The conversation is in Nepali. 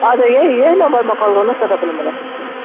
हजुर यही यही नम्बरमा कल गर्नहोस् न तपाईँले मलाई